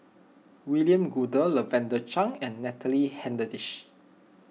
William Goode Lavender Chang and Natalie Hennedige